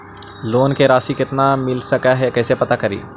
Loan के रासि कितना मिल सक है कैसे पता करी?